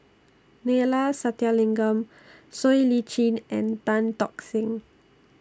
Neila Sathyalingam Siow Lee Chin and Tan Tock Seng